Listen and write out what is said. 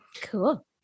Cool